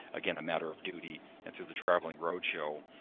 again, a matter of duty and through the traveling road show,